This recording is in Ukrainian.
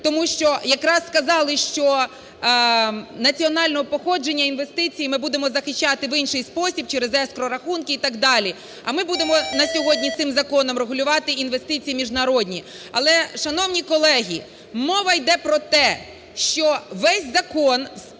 Тому що якраз сказали, що національного походження інвестиції ми будемо захищати в інший спосіб, через ескроу-рахунки і так далі. А ми будемо на сьогодні цим законом регулювати інвестиції міжнародні. Але, шановні колеги, мова йде про те, що весь закон